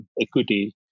equity